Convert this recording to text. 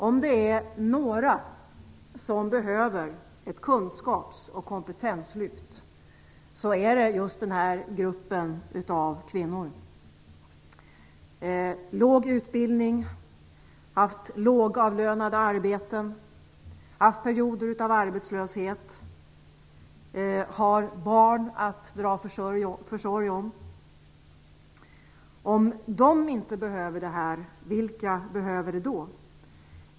Om det är några som behöver ett kunskaps och kompetenslyft är det just den här gruppen av kvinnor, med låg utbildning, lågavlönade arbeten, perioder av arbetslöshet och barn att dra försorg om. Om de inte behöver detta, vilka behöver det då?